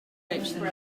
station